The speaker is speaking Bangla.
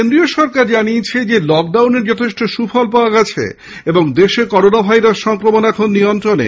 কেন্দ্রীয় সরকার জানিয়েছে লকডাউনের যথেষ্ট সুফল পাওয়া গেছে এবং দেশে করোনা ভাইরাস সংক্রমণ নিয়ন্ত্রণে